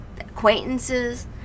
Acquaintances